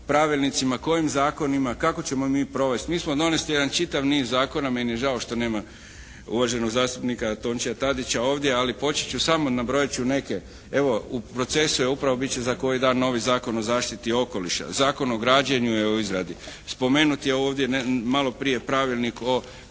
pravilnicima, kojim zakonima, kako ćemo mi provesti. Mi smo donesli jedan čitav niz zakona, meni je žao što nema uvaženog zastupnika Tončija Tadića ovdje, ali počet ću, samo nabrojat ću neke. Evo, u procesu je upravo, bit će za koji dan novi Zakon o zaštiti okoliša. Zakon o građenju je u izradi. Spomenut je ovdje maloprije Pravilnik o